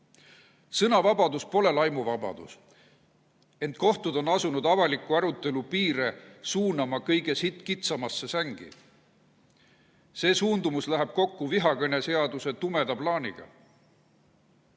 Sõnavabadus pole laimuvabadus. Ent kohtud on asunud avaliku arutelu piire suunama kõige kitsamasse sängi. See suundumus läheb kokku vihakõne seaduse tumeda plaaniga.